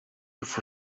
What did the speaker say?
for